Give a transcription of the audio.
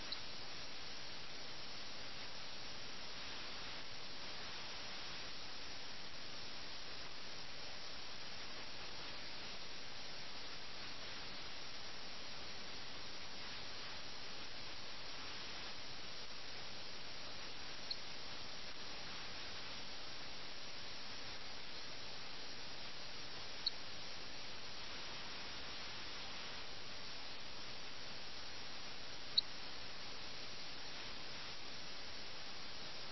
കൂടാതെ അവർ പരിഷ്കൃത സമൂഹത്തിൽ നിന്ന് അകന്നുപോകാൻ ആഗ്രഹിക്കുന്നു പരിഷ്കൃത സമൂഹത്തിൽ നിന്ന് ഒറ്റപ്പെടാൻ ആഗ്രഹിക്കുന്നു എന്നതും ശ്രദ്ധിക്കേണ്ടതാണ് ആരും തങ്ങളെ സൈനികരുടെ സംഘത്തെ അയക്കണമെന്ന് പറഞ്ഞ് ശല്യപ്പെടുത്താത്ത ഏകാന്തമായ സ്ഥലത്ത് ആയിരിക്കാൻ അവർ ആഗ്രഹിക്കുന്നു ഒരു ഭാര്യയും അവരെ ബുദ്ധിമുട്ടിക്കില്ല ഒരു വേലക്കാരും അവരെ ശല്യപ്പെടുത്താത്ത ഏകാന്തമായ സ്ഥലത്ത്